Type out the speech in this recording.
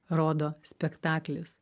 rodo spektaklis